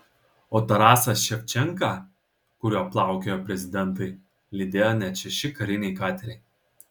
o tarasą ševčenką kuriuo plaukiojo prezidentai lydėjo net šeši kariniai kateriai